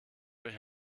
euch